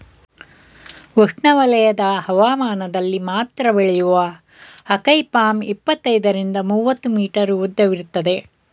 ಉಷ್ಣವಲಯದ ಹವಾಮಾನದಲ್ಲಿ ಮಾತ್ರ ಬೆಳೆಯುವ ಅಕೈ ಪಾಮ್ ಇಪ್ಪತ್ತೈದರಿಂದ ಮೂವತ್ತು ಮೀಟರ್ ಉದ್ದವಿರ್ತದೆ